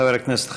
חבר הכנסת חנין,